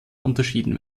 unterschieden